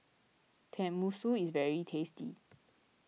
Tenmusu is very tasty